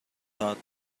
thought